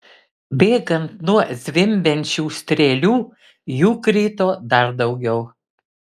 bėgant nuo zvimbiančių strėlių jų krito dar daugiau